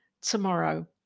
tomorrow